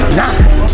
nine